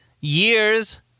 years